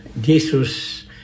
Jesus